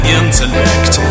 intellect